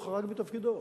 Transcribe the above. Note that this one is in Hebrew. הוא חרג מתפקידו.